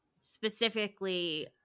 specifically